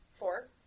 Four